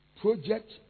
project